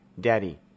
Daddy